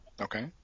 Okay